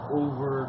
over